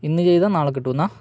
ഇന്ന് ചെയ്താല് നാളെ കിട്ടുമെന്നാണോ